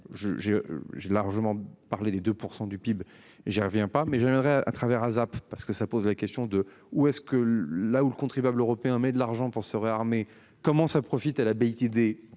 j'ai largement parlé des 2% du PIB. Je reviens pas mais j'à travers ASAP parce que ça pose la question de ou est-ce que là où le contribuable européen, mais de l'argent pour se réarmer. Comment ça profite à la BITD